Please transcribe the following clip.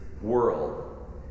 world